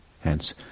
hence